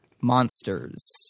Monsters